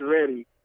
Ready